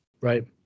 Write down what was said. right